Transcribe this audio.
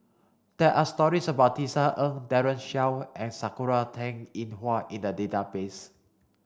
there are stories about Tisa Ng Daren Shiau and Sakura Teng Ying Hua in the database